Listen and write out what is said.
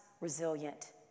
resilient